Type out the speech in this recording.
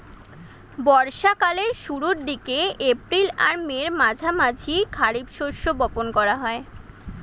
বর্ষা কালের শুরুর দিকে, এপ্রিল আর মের মাঝামাঝি খারিফ শস্য বপন করা হয়